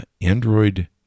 Android